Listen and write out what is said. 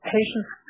Patients